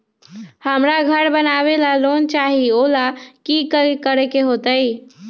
हमरा घर बनाबे ला लोन चाहि ओ लेल की की करे के होतई?